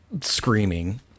screaming